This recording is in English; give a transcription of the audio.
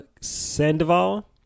Sandoval